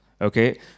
okay